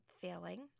failing